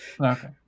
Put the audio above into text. Okay